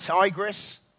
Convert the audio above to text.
tigress